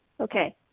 Okay